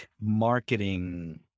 marketing